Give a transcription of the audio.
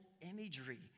imagery